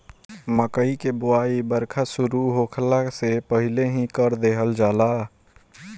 मकई कअ बोआई बरखा शुरू होखला से पहिले ही कर देहल जाला